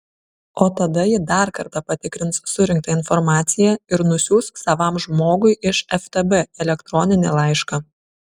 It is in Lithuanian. o tada ji dar kartą patikrins surinktą informaciją ir nusiųs savam žmogui iš ftb elektroninį laišką